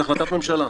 זו החלטת ממשלה.